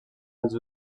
als